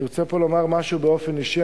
אני רוצה לומר פה משהו באופן אישי.